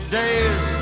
days